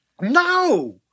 No